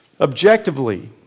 objectively